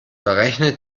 berechne